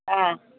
ஆ